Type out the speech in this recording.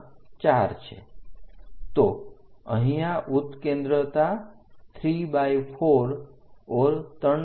તો અહીંયા ઉત્કેન્દ્રતા 34 છે